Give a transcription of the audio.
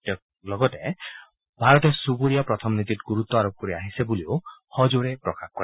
তেওঁ লগতে ভাৰতে চুবুৰীয়া প্ৰথম নীতিত গুৰুত্ব আৰোপ কৰি আহিছে বুলিও সজোৰে প্ৰকাশ কৰে